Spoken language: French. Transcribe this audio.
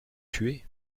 tuée